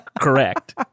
correct